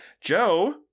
Joe